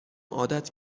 عادت